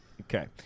Okay